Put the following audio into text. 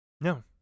No